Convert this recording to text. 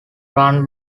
run